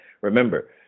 Remember